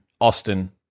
Austin